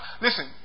Listen